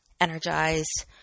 energized